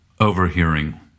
overhearing